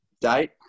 date